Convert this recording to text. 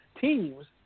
teams